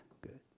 good